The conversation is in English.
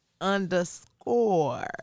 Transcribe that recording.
underscore